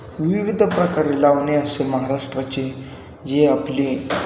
विविध प्रकारे लावणी असेल महाराष्ट्राची जी आपली